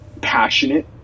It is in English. passionate